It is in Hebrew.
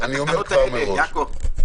מראש,